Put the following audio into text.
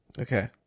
Okay